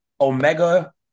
Omega